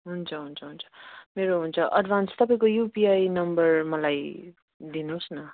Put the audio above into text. हुन्छ हुन्छ हुन्छ मेरो हुन्छ एडभान्स तपाईँको युपिआई नम्बर मलाई दिनुहोस् न